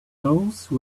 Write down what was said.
those